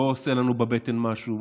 לא עושה לנו בבטן משהו,